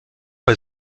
bei